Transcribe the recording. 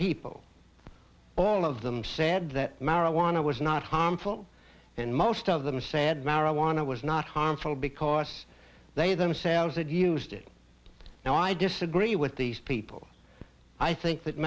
people all of them said that marijuana was not harmful and most of them said marijuana was not harmful because they themselves had used it now i disagree with these people i think that